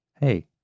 Hey